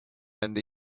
and